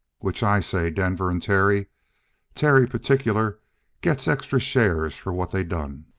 which i say, denver and terry terry particular gets extra shares for what they done!